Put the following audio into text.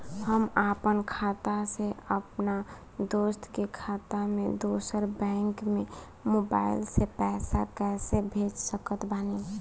हम आपन खाता से अपना दोस्त के खाता मे दोसर बैंक मे मोबाइल से पैसा कैसे भेज सकत बानी?